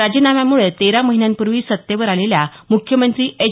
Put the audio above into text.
राजीनाम्याम्ळं तेरा महिन्यांपूर्वी सत्तेवर आलेल्या म्ख्यमंत्री एच